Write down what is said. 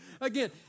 again